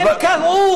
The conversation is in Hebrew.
הם קראו